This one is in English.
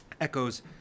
echoes